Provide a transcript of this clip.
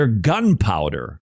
gunpowder